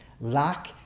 lack